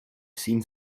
seem